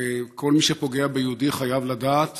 וכל מי שפוגע ביהודי, בישראלי, חייב לדעת